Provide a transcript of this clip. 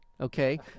Okay